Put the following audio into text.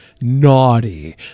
naughty